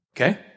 Okay